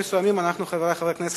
חברי חברי הכנסת,